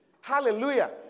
Hallelujah